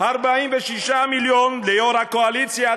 46 מיליון ליו"ר הקואליציה,